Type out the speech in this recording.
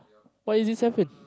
why is it seven